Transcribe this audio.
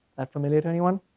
familiar to anyone?